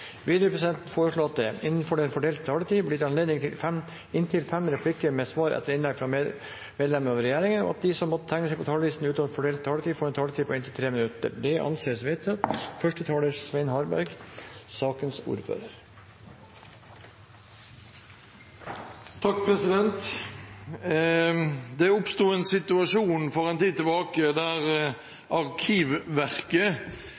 Videre vil presidenten foreslå at det blir gitt anledning til inntil fem replikker med svar etter innlegg fra medlem av regjeringen innenfor den fordelte taletid, og at de som måtte tegne seg på talerlisten utover den fordelte taletid, får en taletid på inntil 3 minutter. – Det anses vedtatt. Det oppsto en situasjon for en tid siden der